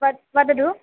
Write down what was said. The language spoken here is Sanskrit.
वद् वदतु